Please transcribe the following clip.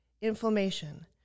inflammation